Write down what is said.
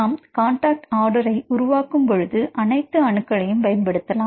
நாம் காண்டாக்ட் ஆர்டரை உருவாக்கும் பொழுது அனைத்து அணுக்களை பயன்படுத்தலாம்